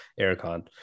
aircon